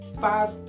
five